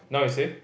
now you say